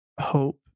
hope